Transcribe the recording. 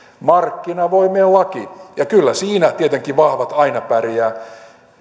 markkinavoimien laki kyllä siinä tietenkin vahvat aina pärjäävät